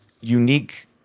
unique